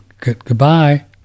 Goodbye